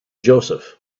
joseph